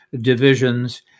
divisions